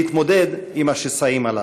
להתמודד עם השסעים הללו.